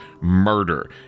murder